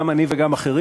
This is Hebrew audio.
גם אני וגם אחרים,